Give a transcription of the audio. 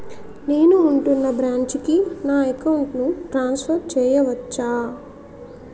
నేను ఉంటున్న బ్రాంచికి నా అకౌంట్ ను ట్రాన్సఫర్ చేయవచ్చా?